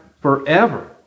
forever